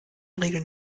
regeln